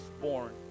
born